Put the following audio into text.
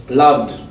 loved